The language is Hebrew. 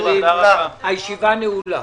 הישיבה נעולה.